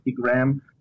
gram